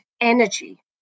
energy